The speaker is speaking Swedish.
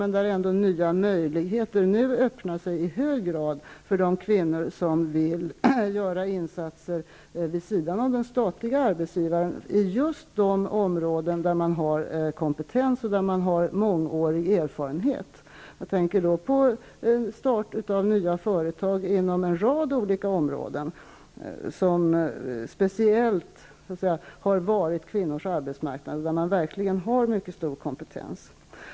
Men det är ändå i hög grad nya möjligheter som öppnar sig för de kvinnor som vill göra insatser vid sidan av anställningen hos den statliga arbetsgivaren inom just de områden där de har kompetens och mångårig erfarenhet. Jag tänker då på start av nya företag inom en rad olika områden som speciellt har varit kvinnors arbetsmarknad och där dessa verkligen har mycket stor kompetens.